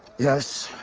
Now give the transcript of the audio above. yes,